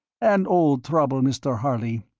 an old trouble, mr. harley,